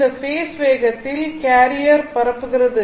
இந்த ஃபேஸ் வேகத்தில் கேரியர் பரப்புகிறது